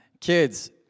Kids